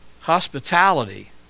hospitality